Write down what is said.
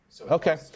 Okay